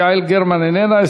יעל גרמן, איננה.